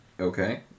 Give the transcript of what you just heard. Okay